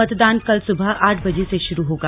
मतदान कल सुबह आठ बजे से शुरू होगा